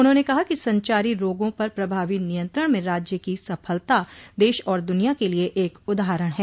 उन्होंने कहा कि संचारी रोगा पर प्रभावी नियंत्रण में राज्य की सफलता देश और दुनिया के लिये एक उदाहरण है